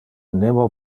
nemo